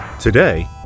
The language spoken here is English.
Today